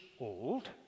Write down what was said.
old